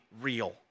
real